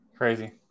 Crazy